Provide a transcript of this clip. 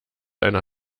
einer